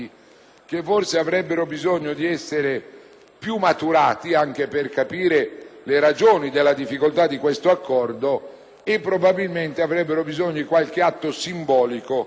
che forse avrebbero bisogno di essere più maturati, anche per capire le ragioni della difficoltà di questo accordo, e probabilmente necessiterebbero di qualche atto simbolico